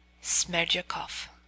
Smerdyakov